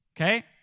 Okay